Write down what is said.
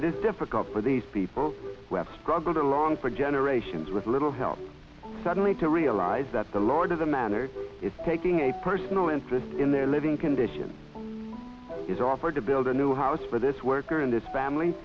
it is difficult for these people webb struggled along for generations with little help suddenly to realize that the lord of the manor is taking a personal interest in their living condition is offered to build a new house for this worker and this family